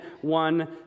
one